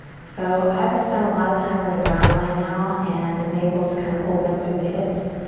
so i've spent a lot of time on the ground by now and i'm able to kind of open up through the hips.